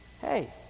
Hey